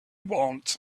want